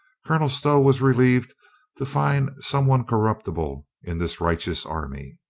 colonel stow was relieved to find some one corruptible in this righteous army.